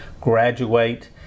graduate